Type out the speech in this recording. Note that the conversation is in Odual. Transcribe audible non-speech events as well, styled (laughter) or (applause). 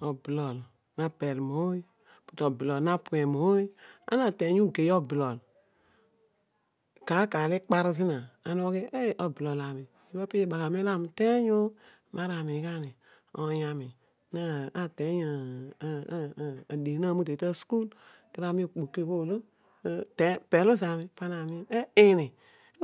Oblon na pel mooy but oblol na phe mooy ano ateeny ugei oblo? Kaar kaar oko ikpar zina ana ughi aey oblol ami, ibha piibagharai olo ami uteeny ooh maar aniin gha ni oony ami (unintelligible) nateeny oh adian na mute mita sukul den ami okpoki bho olo pel zami a ini,